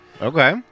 Okay